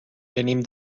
venim